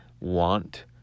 want